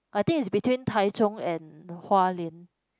I think is between Tai-Zhong and Hua-Lian